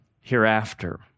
hereafter